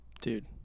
Dude